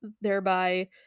thereby